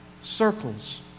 circles